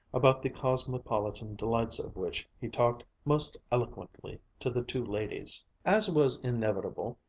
about the cosmopolitan delights of which he talked most eloquently to the two ladies. as was inevitable,